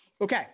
okay